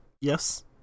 yes